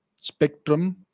spectrum